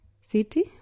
city